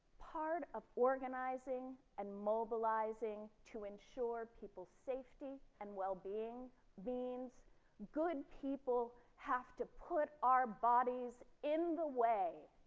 part of organizing and mobilizing to ensure people safety and well being beings good people have to put our bodies in the way